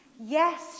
Yes